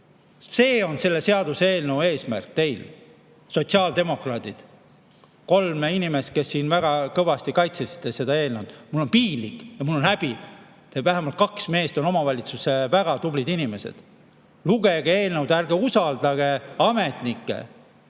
See on selle seaduseelnõu eesmärk teil, sotsiaaldemokraadid, kolm inimest, kes te siin väga kõvasti kaitsesite seda eelnõu. Mul on piinlik ja mul on häbi. Vähemalt kaks meest on omavalitsuse väga tublid inimesed. Lugege eelnõu! Ärge usaldage ametnikke,